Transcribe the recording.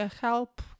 help